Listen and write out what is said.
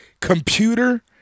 Computer